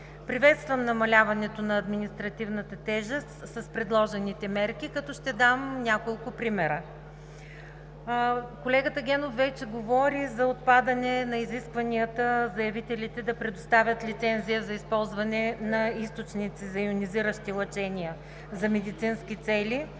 приветствам намаляването на административната тежест с предложените мерки, като ще дам няколко примера. Колегата Генов вече говори за отпадане на изискванията на заявителите да предоставят лиценз за използване на източници за йонизиращи лъчения за медицински цели,